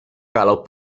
kalau